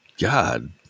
God